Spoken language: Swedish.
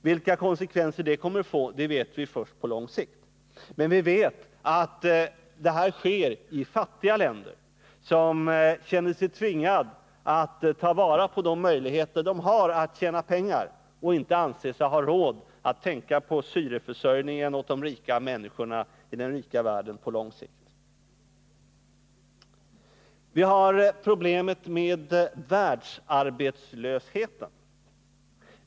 Vilka konsekvenser det kommer att få vet vi först på lång sikt, men vi vet att skövlingen sker i fattiga länder, som känner sig tvingade att ta vara på de möjligheter de har att tjäna pengar och inte anser sig ha råd att tänka på syreförsörjningen åt de rika människorna i den rika världen på lång sikt. Vidare finns problemet med världsarbetslösheten.